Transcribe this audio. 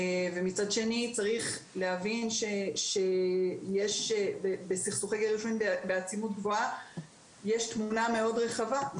ומצד שני צריך להבין שיש בסכסוכי גירושין בעצימות גבוהה תמונה מאד רחבה.